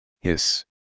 Hiss